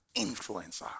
influencer